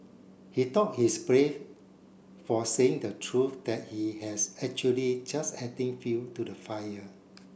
he thought he's brave for saying the truth that he has actually just adding fuel to the fire